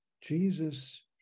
Jesus